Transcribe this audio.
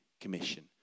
commission